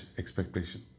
expectation